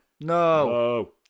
No